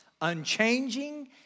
unchanging